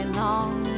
long